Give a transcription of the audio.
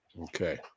Okay